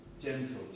gentle